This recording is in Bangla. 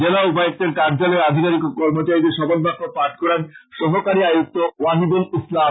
জেলা উপায়ক্তের কার্যালয়ে আধিকারিক ও কর্মচারীদের শপথ বাক্য পাঠ করান সহকারী আয়ুক্ত ওয়াহিদুল ইসলাম